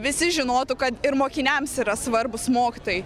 visi žinotų kad ir mokiniams yra svarbūs mokytojai